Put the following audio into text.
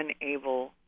unable